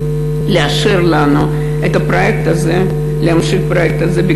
לאשר לנו את הפרויקט הזה ולהמשיך את הפרויקט הזה,